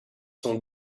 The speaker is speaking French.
sont